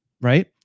right